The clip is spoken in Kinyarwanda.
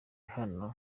hano